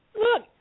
look